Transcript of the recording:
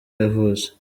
yavutse